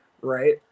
right